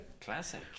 Classic